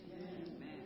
Amen